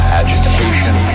agitation